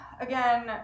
again